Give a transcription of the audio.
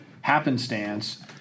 happenstance